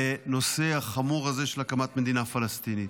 בנושא החמור הזה של הקמת מדינה פלסטינית.